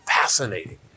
fascinating